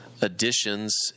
additions